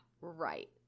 right